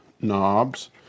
knobs